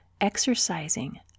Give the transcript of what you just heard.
exercising